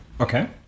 Okay